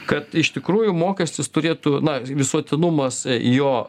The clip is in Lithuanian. kad iš tikrųjų mokestis turėtų na visuotinumas jo